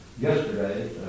yesterday